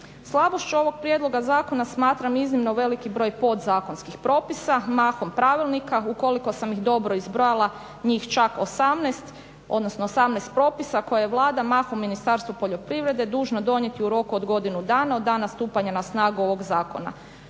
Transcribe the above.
Slabošću ovog prijedloga zakona smatram iznimno veliki broj podzakonskih propisa, mahom pravilnika. Ukoliko sam ih dobro izbrojala njih čak 18 odnosno 18 propisa koje Vlada mahom Ministarstvo poljoprivrede dužno donijeti u roku od godine dana od dana stupanja na snagu ovog zakona.